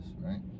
right